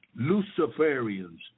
Luciferians